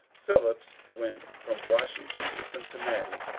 phillips went from washington to cincinnati,